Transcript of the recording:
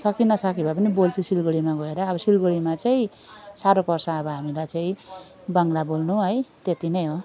सकी नसकी भए पनि बोल्छु सिलगढीमा गएर अब सिलगढीमा चाहिँ साह्रो पर्छ अब हामीलाई चाहिँ बङ्गला बोल्नु है त्यति नै हो